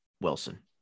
Wilson